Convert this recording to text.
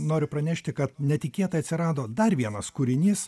noriu pranešti kad netikėtai atsirado dar vienas kūrinys